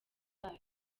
zayo